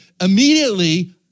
Immediately